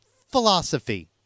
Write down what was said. philosophy